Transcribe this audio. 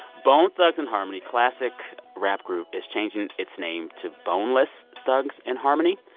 bone thugs-n-harmony, classic rap group, is changing its name to boneless thugs-n-harmony